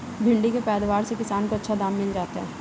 भिण्डी के पैदावार से किसान को अच्छा दाम मिल जाता है